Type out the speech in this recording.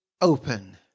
open